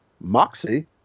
moxie